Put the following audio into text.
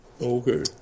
Okay